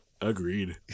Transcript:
agreed